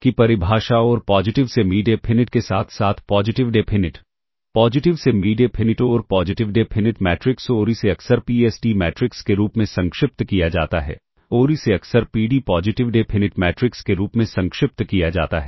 की परिभाषा और पॉजिटिव सेमी डेफिनिट के साथ साथ positive definite positive semi definite और पॉजिटिव डेफिनिट मैट्रिक्स और इसे अक्सर P S D मैट्रिक्स के रूप में संक्षिप्त किया जाता है और इसे अक्सर PD पॉजिटिव डेफिनिट मैट्रिक्स के रूप में संक्षिप्त किया जाता है